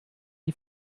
die